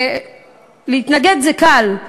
להתנגד זה קל,